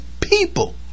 people